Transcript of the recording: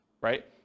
right